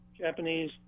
Japanese